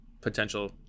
potential